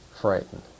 frightened